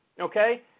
okay